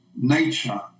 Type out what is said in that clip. nature